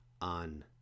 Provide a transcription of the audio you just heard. on